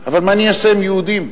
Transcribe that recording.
אבל מה אני אעשה, הם יהודים,